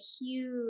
huge